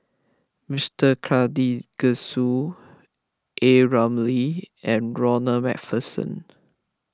Mister Karthigesu A Ramli and Ronald MacPherson